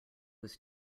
was